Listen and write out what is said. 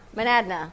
Manadna